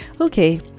okay